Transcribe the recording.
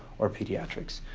or pediatrics.